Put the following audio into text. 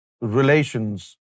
relations